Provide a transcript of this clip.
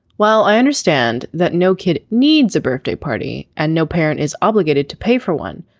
well i understand that no kid needs a birthday party and no parent is obligated to pay for one.